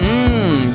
Mmm